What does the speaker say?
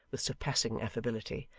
with surpassing affability.